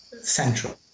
central